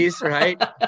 right